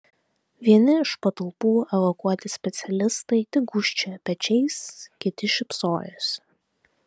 vieni iš patalpų evakuoti specialistai tik gūžčiojo pečiais kiti šypsojosi